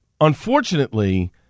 unfortunately